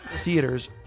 theaters